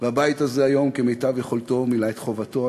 והבית הזה היום כמיטב יכולתו מילא את חובתו.